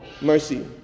mercy